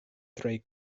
tre